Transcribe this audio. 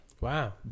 Wow